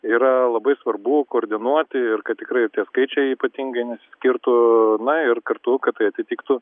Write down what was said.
yra labai svarbu koordinuoti ir kad tikrai tie skaičiai ypatingai neskirtų na ir kartu kad tai atitiktų